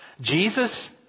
Jesus